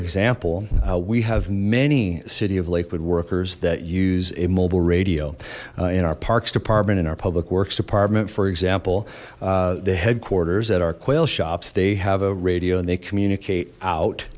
example we have many city of liquid workers that use a mobile radio in our parks department in our public works department for example the headquarters at our quail shops they have a radio and they communicate out